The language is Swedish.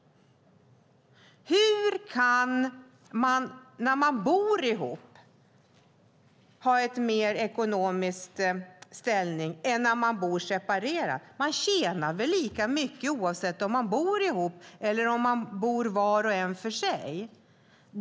Hur kan man när man bor ihop ha en bättre ekonomisk ställning än när man bor separerat? Man tjänar väl lika mycket oavsett om man bor ihop eller om man bor var och en för sig.